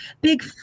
Big